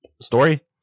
story